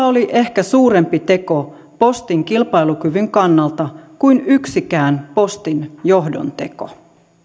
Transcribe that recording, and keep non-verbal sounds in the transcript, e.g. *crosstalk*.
*unintelligible* oli ehkä suurempi teko postin kilpailukyvyn kannalta kuin yksikään postin johdon teko